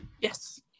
Yes